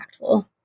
impactful